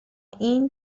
این